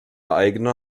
eigene